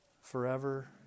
Forever